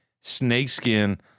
snakeskin